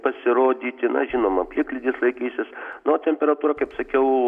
pasirodyti na žinoma plikledis laikysis na o temperatūra kaip sakiau